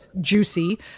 juicy